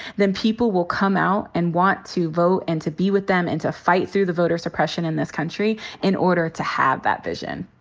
then people will come out and want to vote and to be with them and to fight through the voter suppression in this country in order to have that vision.